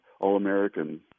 All-American